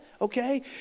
Okay